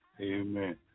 Amen